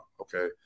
Okay